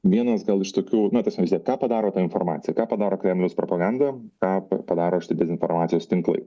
vienas gal iš tokių na ta prasme vis tiek ką padaro ta informacija ką padaro kremliaus propaganda ką padaro šitie dezinformacijos tinklai